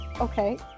okay